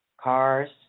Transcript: cars